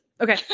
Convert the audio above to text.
Okay